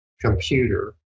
computer